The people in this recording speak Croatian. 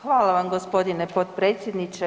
Hvala vam gospodine potpredsjedniče.